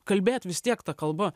kalbėt vis tiek ta kalba